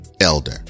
Elder